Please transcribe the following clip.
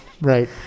right